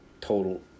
total